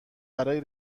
برای